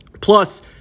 Plus